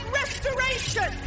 restoration